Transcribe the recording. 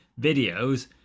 videos